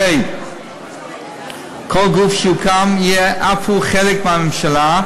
הרי כל גוף שיוקם יהיה אף הוא חלק מהממשלה,